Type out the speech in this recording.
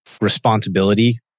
responsibility